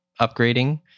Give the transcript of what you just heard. upgrading